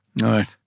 Right